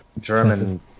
german